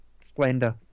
splendor